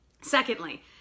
Secondly